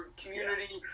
community